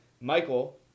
Michael